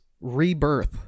rebirth